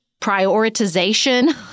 prioritization